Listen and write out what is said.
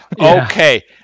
Okay